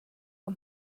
kan